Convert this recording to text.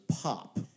pop